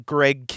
Greg